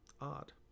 odd